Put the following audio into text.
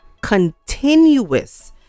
continuous